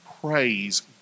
Praise